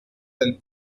del